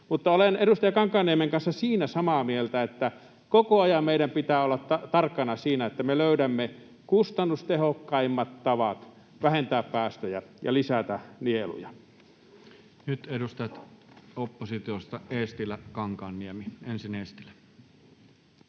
olen edustaja Kankaanniemen kanssa siinä samaa mieltä, että koko ajan meidän pitää olla tarkkana siinä, että me löydämme kustannustehokkaimmat tavat vähentää päästöjä ja lisätä nieluja. [Speech 396] Speaker: Toinen varapuhemies Juho Eerola